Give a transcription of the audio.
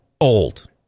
old